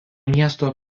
miesto